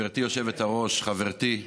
גברתי היושבת-ראש, חברתי,